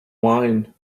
wine